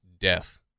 death